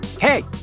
hey